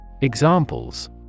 Examples